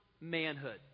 manhood